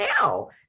now